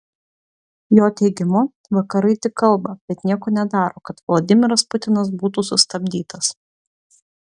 jo teigimu vakarai tik kalba bet nieko nedaro kad vladimiras putinas būtų sustabdytas